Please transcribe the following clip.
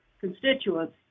constituents